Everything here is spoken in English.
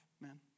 man